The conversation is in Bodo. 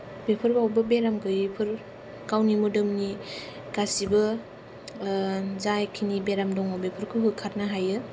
बेफोरावबो बेराम गैयिफोर गावनि मोदोमनि गासिबो जायखिनि बेराम दङ बेफोरखौ होखारनो हायो